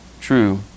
true